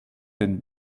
den